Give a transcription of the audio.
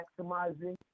maximizing